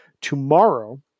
tomorrow